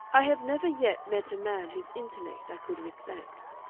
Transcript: i have never yet met a man whose intellect i could respect.